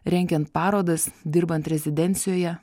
rengiant parodas dirbant rezidencijoje